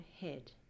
head